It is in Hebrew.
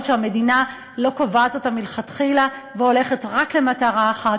שהמדינה לא קובעת אותן מלכתחילה והולכת רק למטרה אחרת,